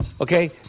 okay